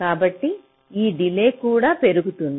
కాబట్టి ఈ డిలే కూడా పెరుగుతుంది